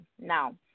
Now